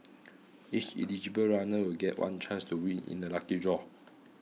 each eligible runner will get one chance to win in a lucky draw